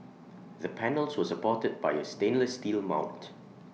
the panels were supported by A stainless steel mount